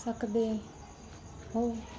ਸਕਦੇ ਹੋ